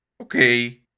okay